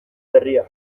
berria